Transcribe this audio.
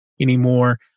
anymore